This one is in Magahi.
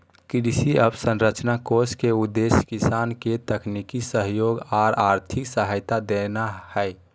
कृषि अवसंरचना कोष के उद्देश्य किसान के तकनीकी सहयोग आर आर्थिक सहायता देना हई